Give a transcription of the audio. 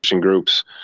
groups